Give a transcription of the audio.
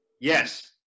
Yes